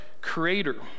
creator